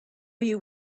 you